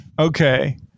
Okay